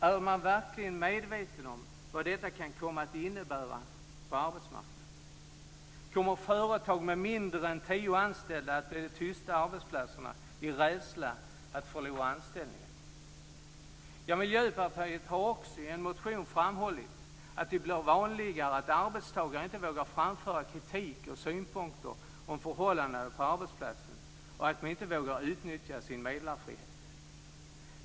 Är man verkligen medveten om vad detta kan komma att innebära på arbetsmarknaden? Kommer företag med mindre än tio anställda att bli de tysta arbetsplatserna på grund av de anställdas rädsla för att förlora anställningen? Miljöpartiet har också i en motion framhållit att det blir vanligare att arbetstagare inte vågar framföra kritik och synpunkter om förhållanden på arbetsplatserna och att de inte vågar utnyttja sin meddelarfrihet.